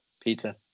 Pizza